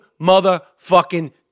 Motherfucking